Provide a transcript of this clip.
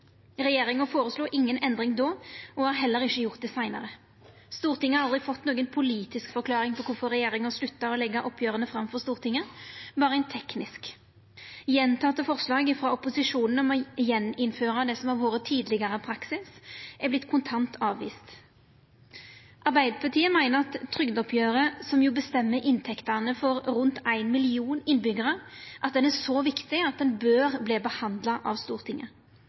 seinare. Stortinget har aldri fått noka politisk forklaring på kvifor regjeringa slutta å leggja oppgjera fram for Stortinget, berre ei teknisk forklaring. Gjentekne forslag frå opposisjonen om å gjeninnføra det som har vore tidlegare praksis, har vorte kontant avviste. Arbeidarpartiet meiner at trygdeoppgjeret, som bestemmer inntektene for rundt éin million innbyggjarar, er så viktig at det bør behandlast av Stortinget.